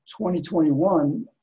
2021